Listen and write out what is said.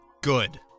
Good